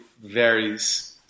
varies